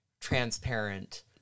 transparent